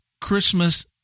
Christmas